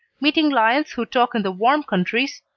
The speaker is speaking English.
meeting lions who talk in the warm countries,